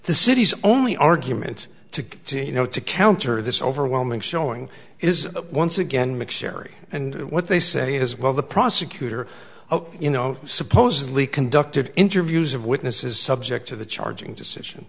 the city's only argument to get to you know to counter this overwhelming showing is once again mcsherry and what they say is well the prosecutor you know supposedly conducted interviews of witnesses subject to the charging decision